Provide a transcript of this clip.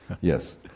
Yes